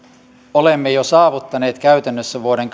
olemme jo saavuttaneet käytännössä vuoden